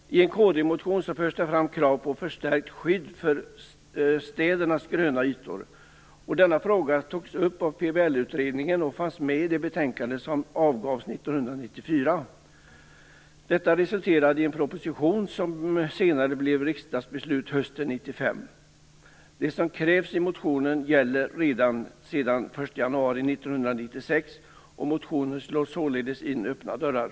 I en motion från Kristdemokraterna förs krav på ett förstärkt skydd för städernas gröna ytor fram. Denna fråga togs upp av PBL-utredningen och fanns med i ett betänkande som avgavs 1994. Detta resulterade i en proposition som senare blev riksdagsbeslut hösten 1995. Det som krävs i motionen gäller sedan den 1 januari 1996. Motionen slår således in öppna dörrar.